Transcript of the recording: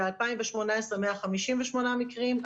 בשנת 2018 היו 158 מקרים,